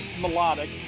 melodic